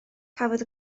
cafodd